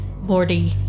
Morty